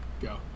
go